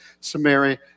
Samaria